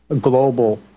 global